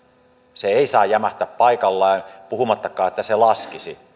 se ei saa jämähtää paikalleen puhumattakaan että se laskisi